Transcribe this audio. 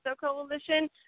Coalition